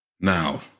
Now